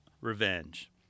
revenge